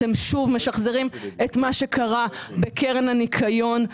אתם שוב משחזרים את מה שקרה בקרן הניקיון.